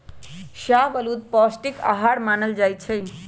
शाहबलूत पौस्टिक अहार मानल जाइ छइ